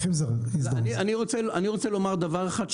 אני רוצה לומר דבר אחד,